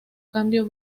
cambio